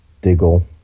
Diggle